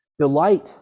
Delight